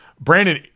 Brandon